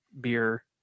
beer